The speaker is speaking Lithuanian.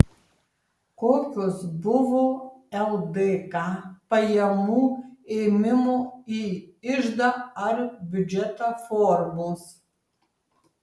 kokios buvo ldk pajamų ėmimo į iždą ar biudžetą formos